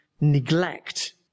neglect